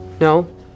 No